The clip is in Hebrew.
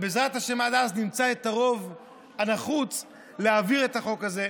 ובעזרת השם עד אז נמצא את הרוב הנחוץ להעביר את החוק הזה,